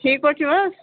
ٹھیٖک پٲٹھۍ چھُو حظ